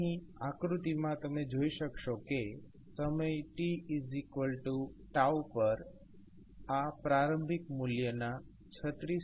અહીં આકૃતિમાં તમે જોઈ શકશો કે સમય t પર આ પ્રારંભિક મૂલ્યના 36